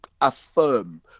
affirm